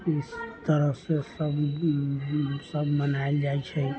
इस तरहसँ सब सब मनायल जाइ छै